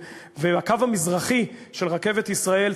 אבל הקו המזרחי של רכבת ישראל,